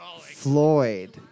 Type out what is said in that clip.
Floyd